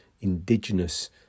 indigenous